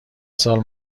سال